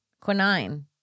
quinine